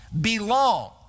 belong